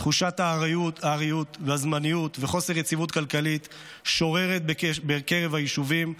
תחושות הארעיות והזמניות וחוסר היציבות הכלכלית שוררות בקרב היישובים,